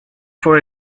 for